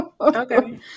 Okay